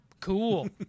Cool